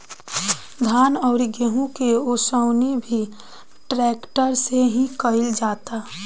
धान अउरी गेंहू के ओसवनी भी ट्रेक्टर से ही कईल जाता